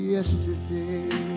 Yesterday